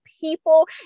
people